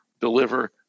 deliver